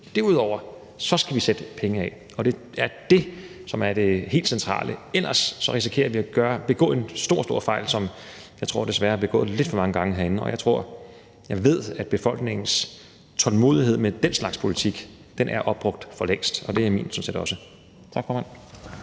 demografiløftet, sætte penge af. Det er det, som er det helt centrale. Ellers risikerer vi at begå en stor, stor fejl, som jeg desværre tror er begået lidt for mange gange herinde. Og jeg ved, at befolkningens tålmodighed med den slags politik er opbrugt for længst, og det er min sådan set også. Tak, formand.